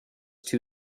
too